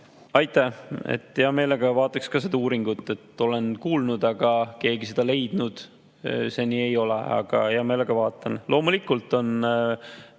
Aitäh! Hea meelega vaataks ka seda uuringut, olen kuulnud, aga keegi seda seni leidnud ei ole, hea meelega vaatan.